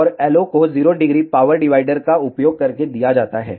और LO को 0° power divider का उपयोग करके दिया जाता है